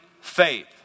faith